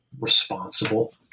responsible